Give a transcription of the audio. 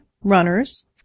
runners